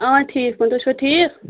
اۭں ٹھیٖک پٲٹھۍ تُہۍ چھُوا ٹھیٖک